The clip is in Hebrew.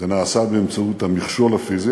זה נעשה באמצעות המכשול הפיזי,